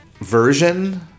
version